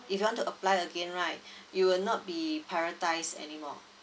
if you want to apply again right you will not be prioritise anymore